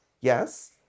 Yes